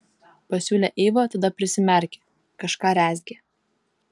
pasiūlė eiva tada prisimerkė kažką rezgė